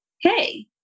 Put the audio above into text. Hey